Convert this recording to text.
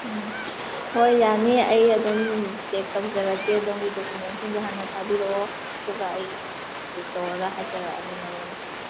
ꯎꯝ ꯍꯣꯏ ꯌꯥꯅꯤ ꯑꯩ ꯑꯗꯨꯝ ꯆꯦꯛ ꯇꯧꯖꯔꯒꯦ ꯑꯗꯣꯝꯒꯤ ꯗꯣꯀꯨꯃꯦꯟꯁꯤꯡꯗꯣ ꯍꯥꯟꯅ ꯊꯥꯕꯤꯔꯛꯑꯣ ꯑꯗꯨꯒ ꯑꯩ ꯆꯦꯛ ꯇꯧꯔꯒ ꯍꯥꯏꯖꯔꯛꯑꯒꯦ ꯃꯔꯣꯟꯗꯣ